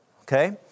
okay